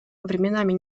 временами